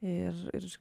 ir ir